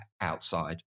outside